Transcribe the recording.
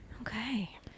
Okay